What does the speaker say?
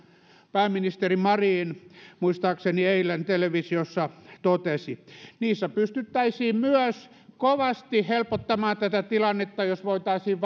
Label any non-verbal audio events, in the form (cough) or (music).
pääministeri marin muistaakseni eilen televisiossa totesi niissä pystyttäisiin myös kovasti helpottamaan tätä tilannetta jos voitaisiin (unintelligible)